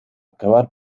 cavar